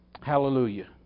Hallelujah